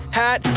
hat